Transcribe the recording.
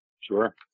Sure